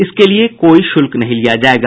इसके लिए कोई शुल्क नहीं लिया जायेगा